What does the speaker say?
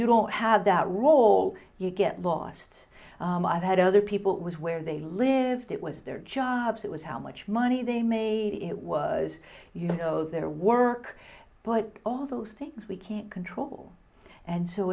you don't have that role you get lost i had other people was where they lived it was their jobs it was how much money they made it was you know their work but all those things we can't control and so